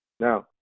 Now